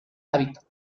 hábitat